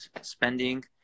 spending